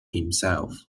himself